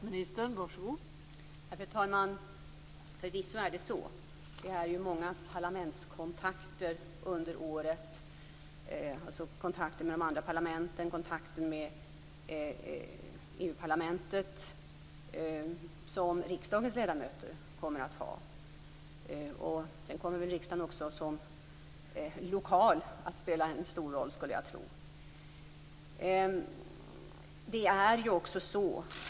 Fru talman! Visst är det så. Det är många kontakter med de andra parlamenten och EU-parlamentet som riksdagens ledamöter kommer att ha. Sedan kommer riksdagen också som lokal att spela en stor roll, skulle jag tro.